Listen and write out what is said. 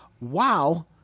Wow